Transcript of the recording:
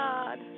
God